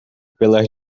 pelas